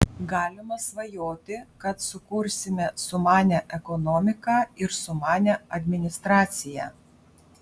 galima svajoti kad sukursime sumanią ekonomiką ir sumanią administraciją